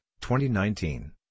2019